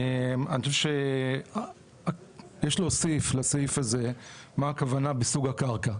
אני חושב שיש להוסיף לסעיף הזה מה הכוונה בסוג הקרקע.